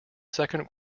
second